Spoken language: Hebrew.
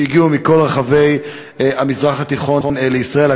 שהגיעו מכל רחבי המזרח התיכון לישראל.